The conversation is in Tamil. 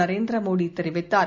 நரேந்திர மோடி தெரிவித்தார்